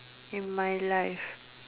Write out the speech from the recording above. in my life